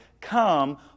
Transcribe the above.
come